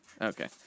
Okay